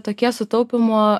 tokie sutaupymo